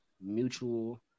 mutual